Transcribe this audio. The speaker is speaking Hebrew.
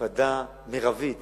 והקפדה מרבית